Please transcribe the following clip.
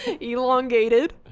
Elongated